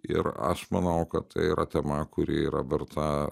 ir aš manau kad tai yra tema kuri yra verta